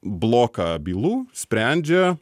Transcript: bloką bylų sprendžia